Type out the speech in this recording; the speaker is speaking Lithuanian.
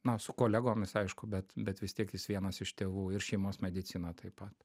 na su kolegomis aišku bet bet vis tiek jis vienas iš tėvų ir šeimos mediciną taip pat